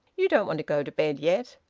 you don't want to go to bed yet.